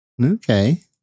Okay